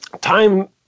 time